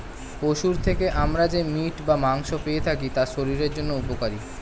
পশুর থেকে আমরা যে মিট বা মাংস পেয়ে থাকি তা শরীরের জন্য উপকারী